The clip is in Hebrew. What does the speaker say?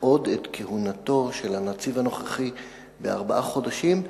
עוד את כהונתו של הנציב הנוכחי בארבעה חודשים,